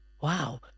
Wow